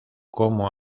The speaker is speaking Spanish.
como